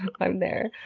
i'm there.